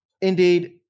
indeed